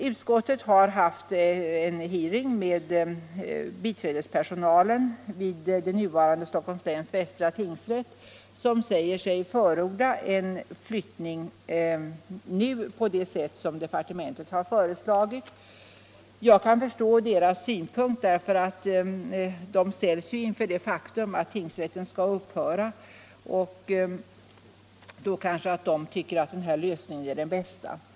Utskottet har haft en hearing med biträdespersonalen vid den nuvarande Stockholms läns västra tingsrätt, som säger sig nu förorda en flyttning på det sätt som departementet föreslagit. Jag kan förstå de anställdas synpunkt — de ställs inför det faktum att tingsrätten skall upphöra, och därför kanske de tycker denna lösning är den bästa.